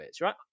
right